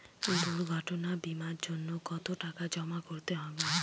দুর্ঘটনা বিমার জন্য কত টাকা জমা করতে হবে?